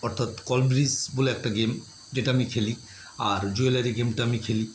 অর্থাৎ কলব্রিজ বলে একটা গেম যেটা আমি খেলি আর জুয়েলারি গেমটা আমি খেলি